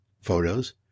photos